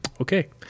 Okay